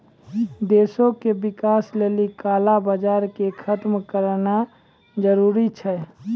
देशो के विकास लेली काला बजार के खतम करनाय जरूरी छै